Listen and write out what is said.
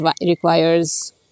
requires